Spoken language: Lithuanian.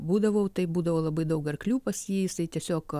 būdavau tai būdavo labai daug arklių pas jį jisai tiesiog